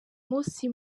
munsi